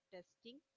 Testing